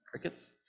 crickets